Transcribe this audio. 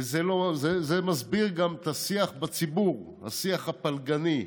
וזה מסביר גם את השיח בציבור, השיח הפלגני,